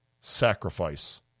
sacrifice